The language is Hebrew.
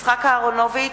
יצחק אהרונוביץ,